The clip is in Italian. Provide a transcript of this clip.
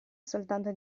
soltanto